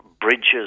bridges